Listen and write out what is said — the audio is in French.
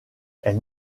elle